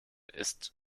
ist